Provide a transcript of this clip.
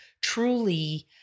truly